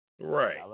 Right